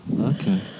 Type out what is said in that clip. Okay